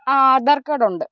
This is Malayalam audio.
ആ ആധാർ കാർഡ് ഉണ്ട്